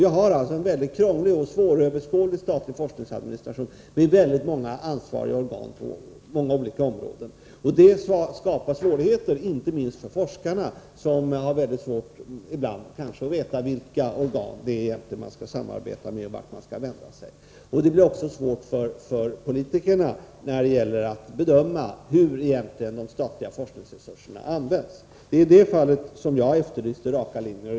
Vi har alltså en mycket krånglig och svåröverskådlig statlig forskningsadministration med väldigt många ansvariga organ på olika områden. Detta skapar svårigheter, inte minst för forskarna, som ibland kan ha svårt att veta vilka organ de skall samarbeta med och vart de skall vända sig. Det blir också svårt för politikerna när det gäller att bedöma hur de statliga forskningsresurserna egentligen används. Det är i detta sammanhang som jag efterlyser raka linjer.